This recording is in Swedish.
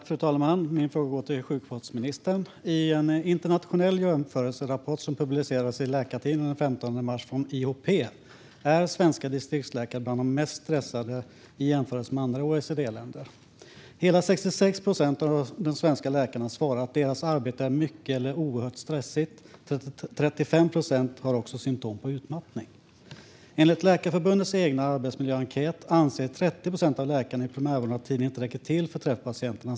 Fru talman! Min fråga går till sjukvårdsministern. I en internationell jämförelserapport som publicerades i Läkartidningen den 15 mars från IHP är svenska distriktsläkare de mest stressade i jämförelse med dem i andra OECD-länder. Hela 66 procent av de svenska läkarna svarade att deras arbete är mycket eller oerhört stressigt, och 35 procent har också symtom på utmattning. Enligt Sveriges läkarförbunds egen miljöenkät anser 30 procent av läkarna i primärvården att tiden inte räcker till för att träffa patienterna.